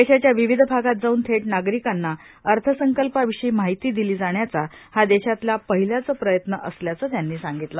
देशाच्या विविध भागात जाऊन थेट नागिरीकांना अर्थसंकल्पाविषयी माहिती दिली जाण्याचा हा देशातल्या पहिलाच प्रयत्न असल्याचे त्यांनी सांगितले